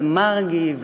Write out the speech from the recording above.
אבל מרגי,